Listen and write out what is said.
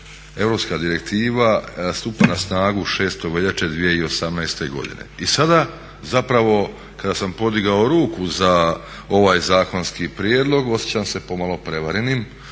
europska direktiva stupa na snagu 6. veljače 2018. godine i sada zapravo kada sam podigao ruku za ovaj zakonski prijedlog osjećam se pomalo prevarenim